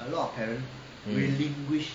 mm